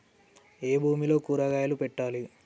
ఏ భూమిలో కూరగాయలు పెట్టాలి?